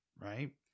Right